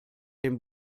dem